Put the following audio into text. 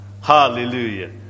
Hallelujah